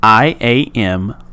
iam